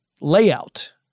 layout